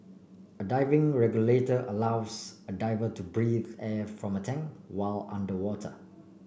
a diving regulator allows a diver to breathe air from a tank while underwater